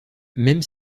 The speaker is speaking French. même